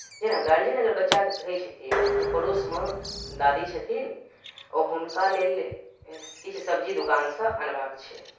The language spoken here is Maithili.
जेना गार्जियन अगर बच्चाकेँ कहै छथिन जे पड़ोसमे दादी छथिन ओ हुनका लेल किछु सब्जी दोकानसँ अनबाक छै